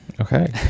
okay